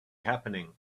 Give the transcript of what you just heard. happening